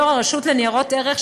יושב-ראש הרשות לניירות ערך,